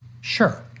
Sure